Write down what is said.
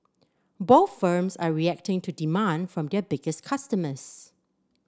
both firms are reacting to demand from their biggest customers